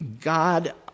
God